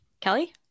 Kelly